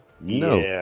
No